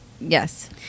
Yes